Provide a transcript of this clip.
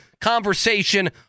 conversation